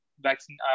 vaccine